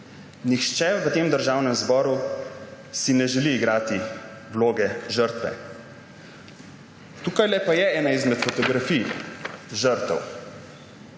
nihče v Državnem zboru si ne želi igrati vloge žrtve. Tukajle pa je ena izmed fotografij žrtev